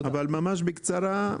אסביר בקצרה.